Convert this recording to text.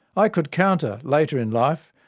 i could counter, later in life,